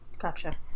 Gotcha